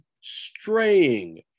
straying